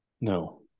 No